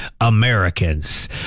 Americans